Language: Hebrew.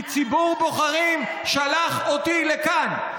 כי ציבור בוחרים שלח אותי לכאן.